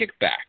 kickback